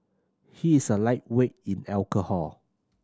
he is a lightweight in alcohol